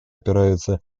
опираются